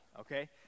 okay